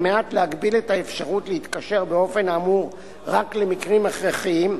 כדי להגביל את האפשרות להתקשר באופן האמור רק למקרים הכרחיים,